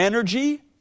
Energy